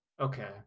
Okay